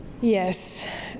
Yes